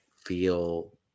feel